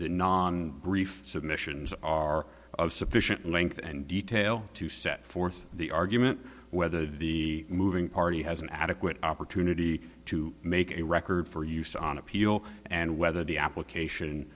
non brief submissions are of sufficient length and detail to set forth the argument whether the moving party has an adequate opportunity to make a record for use on appeal and whether the application